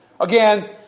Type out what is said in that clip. Again